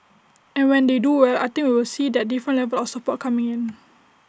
and when they do well I think we will see that different level of support coming in